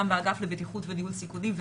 גם באגף לבטיחות ולניהול סיכונים,